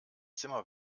zimmer